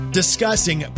discussing